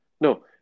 No